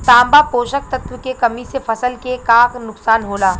तांबा पोषक तत्व के कमी से फसल के का नुकसान होला?